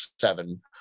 Seven